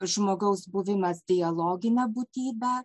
žmogaus buvimas dialogine būtybe